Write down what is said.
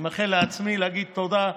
אני מאחל לעצמי להגיד: תודה,